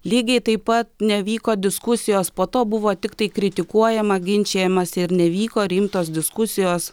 lygiai taip pat nevyko diskusijos po to buvo tiktai kritikuojama ginčijamasi ir nevyko rimtos diskusijos